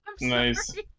Nice